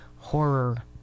horror